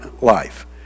life